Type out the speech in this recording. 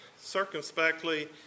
circumspectly